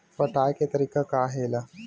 पटाय के तरीका का हे एला?